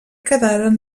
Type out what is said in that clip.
quedaren